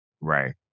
Right